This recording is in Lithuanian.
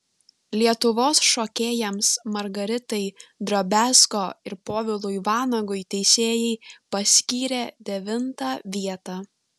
lietuvos šokėjams margaritai drobiazko ir povilui vanagui teisėjai paskyrė devintą vietą